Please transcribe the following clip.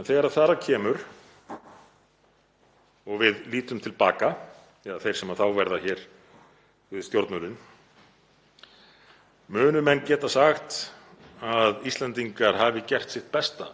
En þegar þar að kemur og við lítum til baka, eða þeir sem þá verða við stjórnvölinn, munu menn geta sagt að Íslendingar hafi gert sitt besta